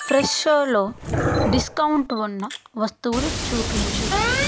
ఫ్రెష్షోలో discount ఉన్న వస్తువులు చూపించు